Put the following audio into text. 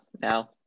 Now